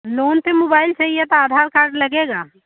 loan पर mobile चाहिए तो आधार कार्ड लगेगा